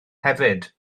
hefyd